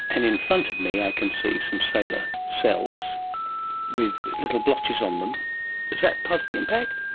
and in front of me i can see some solar cells with little blotches on them. is that part of the impact?